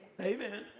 Amen